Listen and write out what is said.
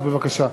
אז בבקשה.